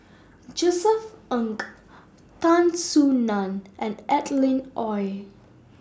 Josef Ng Tan Soo NAN and Adeline Ooi